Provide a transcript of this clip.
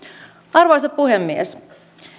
arvoisa puhemies